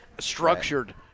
structured